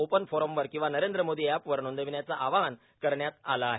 open फोरम्वर किंवा नरेंद्र मोदी एपवर नोंदविण्याचं आवाहन करण्यात आलं आहे